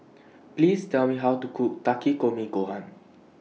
Please Tell Me How to Cook Takikomi Gohan